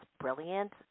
brilliant